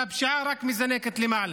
והפשיעה רק מזנקת למעלה.